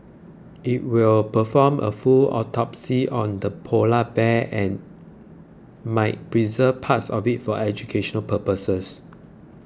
it will perform a full autopsy on the polar bear and might preserve parts of it for educational purposes